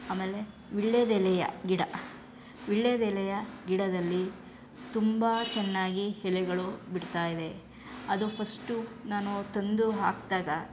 ಆಮೆಲೆ ವೀಳ್ಯದೆಲೆಯ ಗಿಡ ವೀಳ್ಯದೆಲೆಯ ಗಿಡದಲ್ಲಿ ತುಂಬ ಚೆನ್ನಾಗಿ ಎಲೆಗಳು ಬಿಡ್ತಾಯಿದೆ ಅದು ಫಸ್ಟು ನಾನು ತಂದು ಹಾಕಿದಾಗ